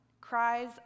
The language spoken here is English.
cries